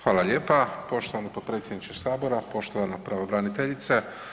Hvala lijepa poštovani potpredsjedniče Sabora, poštovana pravobraniteljice.